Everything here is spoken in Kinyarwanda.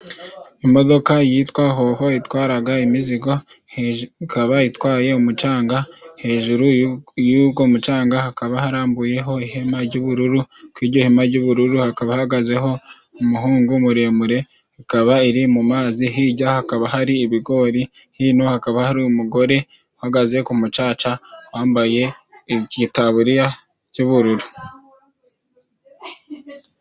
Imodoka yitwa Hoho itwaraga imizigo ikaba itwaye umucanga, hejuru y'ugo mucanga hakaba harambuyeho ihema ry'ubururu , kuri iryo hema ry'ubururu hakaba hahagazeho umuhungu muremure , ikaba iri mu mazi , hirya hakaba hari ibigori , hino hakaba hari umugore uhagaze ku mucaca wambaye igitaburiya cy'ubururu.